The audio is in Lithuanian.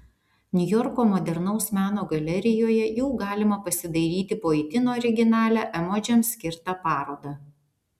niujorko modernaus meno galerijoje jau galima pasidairyti po itin originalią emodžiams skirtą parodą